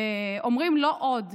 ואומרים: לא עוד.